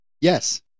Yes